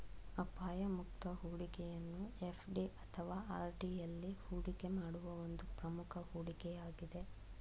ಅಪಾಯ ಮುಕ್ತ ಹೂಡಿಕೆಯನ್ನು ಎಫ್.ಡಿ ಅಥವಾ ಆರ್.ಡಿ ಎಲ್ಲಿ ಹೂಡಿಕೆ ಮಾಡುವ ಒಂದು ಪ್ರಮುಖ ಹೂಡಿಕೆ ಯಾಗಿದೆ